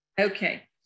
Okay